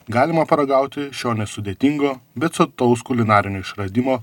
galima paragauti šio nesudėtingo bet sotaus kulinarinio išradimo